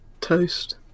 toast